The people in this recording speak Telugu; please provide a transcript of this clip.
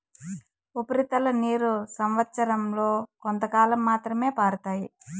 ఉపరితల నీరు సంవచ్చరం లో కొంతకాలం మాత్రమే పారుతాయి